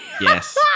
Yes